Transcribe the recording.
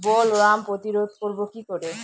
Bollworm প্রতিরোধ করব কি করে?